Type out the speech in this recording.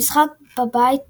במשחק בבית ו'